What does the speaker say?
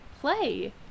play